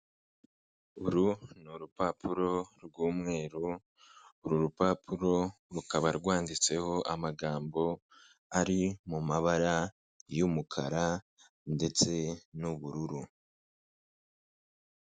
Uru ni urupapuro rw'umweru, uru rupapuro rukaba rwanditseho amagambo ari mu mabara y'umukara ndetse n'ubururu.